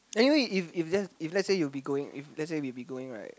anyway if if just if let's say you'll be going if let's say we'll be going right